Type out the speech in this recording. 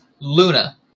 Luna